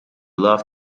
love